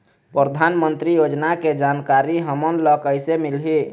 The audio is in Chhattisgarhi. परधानमंतरी योजना के जानकारी हमन ल कइसे मिलही?